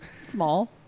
Small